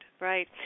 right